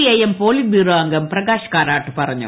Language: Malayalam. ഐഎം പോളിറ്റ് ബ്യൂറോ അംഗം പ്രകാശ് കാരാട്ട് പറഞ്ഞു